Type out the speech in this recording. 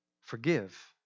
Forgive